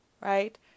Right